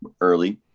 early